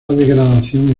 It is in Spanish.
degradación